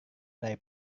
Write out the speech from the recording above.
dari